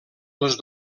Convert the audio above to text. els